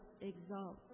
exalt